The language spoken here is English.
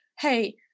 hey